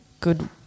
good